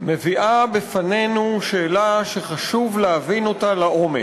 מביאה בפנינו שאלה שחשוב להבין אותה לעומק: